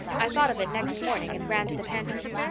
i thought of it next morning and ran to the pantry.